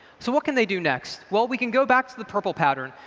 so what can they do next? well, we can go back to the prpl pattern.